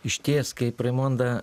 išties kaip raimonda